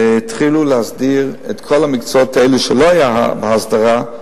התחילו להסדיר את כל המקצועות האלה שלא היתה בהם הסדרה,